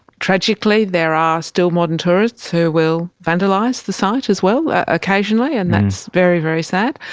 tragically there are still modern tourists who will vandalise the site as well occasionally, and that's very, very sad.